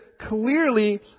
clearly